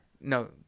no